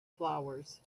flowers